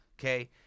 okay